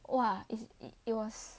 !wah! if it was